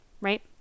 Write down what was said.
right